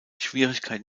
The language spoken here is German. schwierigkeit